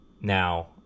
Now